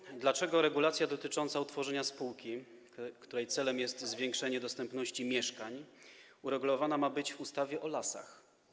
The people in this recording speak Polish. Pytanie: Dlaczego regulacja dotycząca utworzenia spółki, której celem jest zwiększenie dostępności mieszkań, uregulowana ma być w ustawie o lasach?